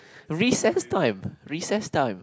recess time recess time